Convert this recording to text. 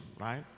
right